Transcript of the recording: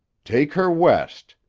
take her west.